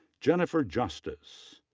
jennifer justice.